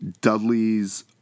Dudley's